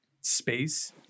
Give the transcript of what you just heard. space